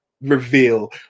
reveal